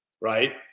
right